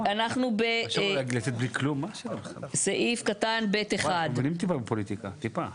אנחנו עכשיו עדין בעזה, בסיפור של הלילה.